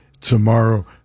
tomorrow